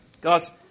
Guys